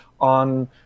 on